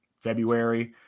February